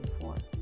forth